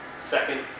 Second